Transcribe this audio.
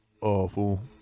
awful